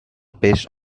based